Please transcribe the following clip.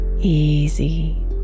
Easy